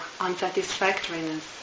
unsatisfactoriness